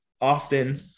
often